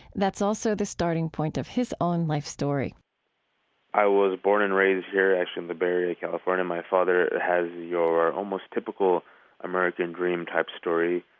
that's also the starting point of his own life story i was born and raised here actually bay area of california. my father has your almost typical american dream-type story.